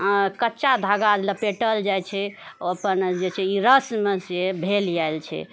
कच्चा धागा लपेटल जाइत छै अपन जे छै ई रस्म छिऐ भेल आएल छै